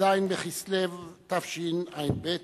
ט"ז בכסלו תשע"ב,